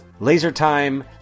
LaserTime